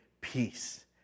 peace